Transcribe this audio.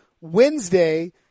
Wednesday